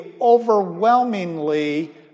overwhelmingly